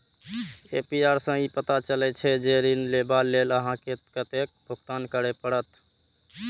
APR सं ई पता चलै छै, जे ऋण लेबा लेल अहां के कतेक भुगतान करय पड़त